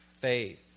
faith